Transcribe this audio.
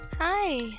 Hi